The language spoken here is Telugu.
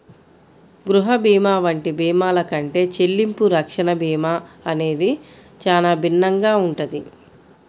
గృహ భీమా వంటి భీమాల కంటే చెల్లింపు రక్షణ భీమా అనేది చానా భిన్నంగా ఉంటది